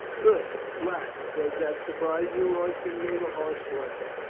good lack, does that surprise you? royston gave a harsh laugh.